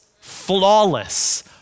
flawless